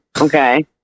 okay